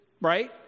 right